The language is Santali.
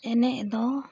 ᱮᱱᱮᱡ ᱫᱚ